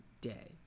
day